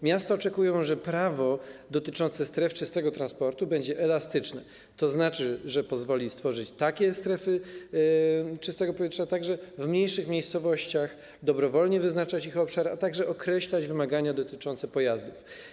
Miasta oczekują, że prawo dotyczące stref czystego transportu będzie elastyczne, że pozwoli stworzyć takie strefy czystego powietrza także w mniejszych miejscowościach, dobrowolnie wyznaczać ich obszar, a także określać wymagania dotyczące pojazdów.